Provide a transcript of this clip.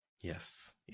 yes